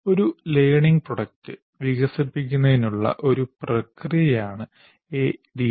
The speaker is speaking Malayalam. ഒരു ലേർണിംഗ് പ്രോഡക്റ്റ് വികസിപ്പിക്കുന്നതിനുള്ള ഒരു പ്രക്രിയയാണ് ADDIE